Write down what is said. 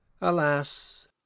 Alas